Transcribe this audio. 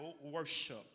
worship